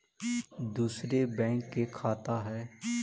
दुसरे बैंक के खाता हैं?